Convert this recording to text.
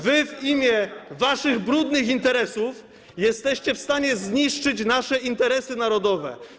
Wy w imię waszych brudnych interesów jesteście w stanie zniszczyć nasze interesy narodowe.